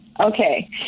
Okay